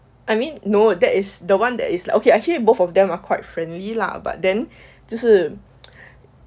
I mean no that is the one that is okay actually both of them are quite friendly lah but then 就是